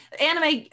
anime